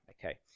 okay